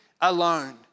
alone